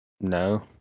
No